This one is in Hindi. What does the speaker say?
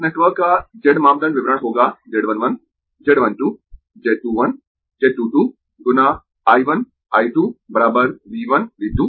इस नेटवर्क का z मापदंड विवरण होगा z 1 1 z 1 2 z 2 1 z 2 2 गुना I 1 I 2 V 1 V 2